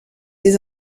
des